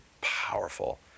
powerful